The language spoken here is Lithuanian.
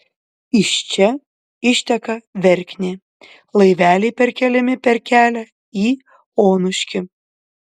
iš čia išteka verknė laiveliai perkeliami per kelią į onuškį